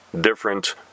different